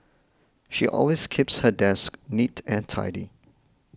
she always keeps her desk neat and tidy